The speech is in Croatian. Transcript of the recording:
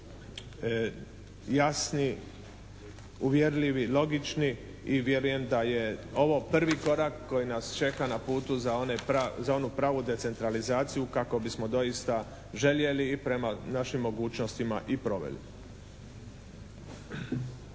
jasni, uvjerljivi, logični i vjerujem da je ovo prvi korak koji nas čeka na putu za onu pravu decentralizaciju kako bismo doista željeli i prema našim mogućnostima i proveli.